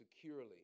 securely